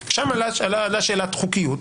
שם עלתה שאלת חוקיות.